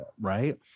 right